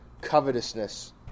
covetousness